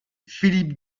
philippe